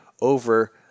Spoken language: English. over